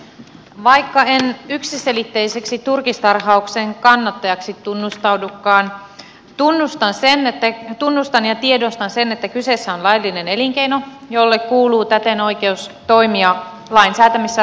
vaikka en yksiselitteiseksi turkistarhauksen kannattajaksi tunnustaudukaan tunnustan ja tiedostan sen että kyseessä on laillinen elinkeino jolle kuuluu täten oikeus toimia lain säätämissä rajoissa